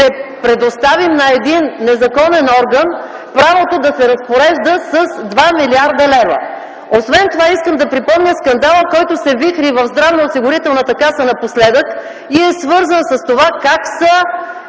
предоставим на един незаконен орган правото да се разпорежда с 2 млрд. лв. Освен това искам да припомня скандала, който се вихри напоследък в Здравноосигурителната каса и е свързан с това как са